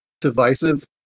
divisive